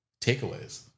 takeaways